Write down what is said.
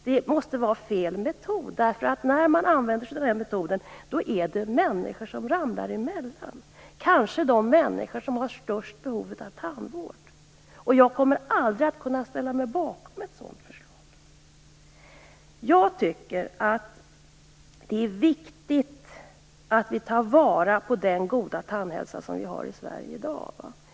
Det måste vara fel metod, därför att om man använder den metoden ramlar människor emellan - kanske de människor som har störst behov av tandvård. Jag kommer aldrig att kunna ställa mig bakom ett sådant förslag. Det är viktigt att vi tar vara på den goda tandhälsa som vi har i Sverige i dag.